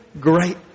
great